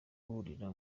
guhurira